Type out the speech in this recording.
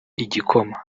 igikoma